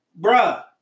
Bruh